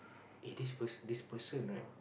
eh this per~ this person right